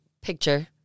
picture